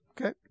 okay